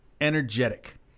energetic